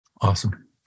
Awesome